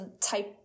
type